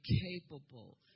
capable